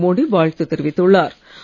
நரேந்திர மோடி வாழ்த்து தெரிவித்துள்ளார்